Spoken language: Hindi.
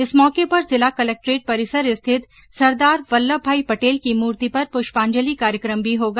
इस मौके पर जिला कलेक्ट्रेट परिसर स्थित सरदार वल्लभ भाई पटेल की मूर्ति पर पुष्पांजलि कार्यक्रम भी होगा